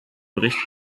bericht